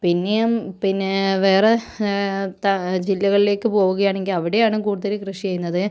പിന്നെയും പിന്നെ വേറെ ജില്ലകളിലേക്ക് പോവുകയാണെങ്കിൽ അവിടെയാണ് കൂടുതൽ കൃഷി ചെയ്യുന്നത്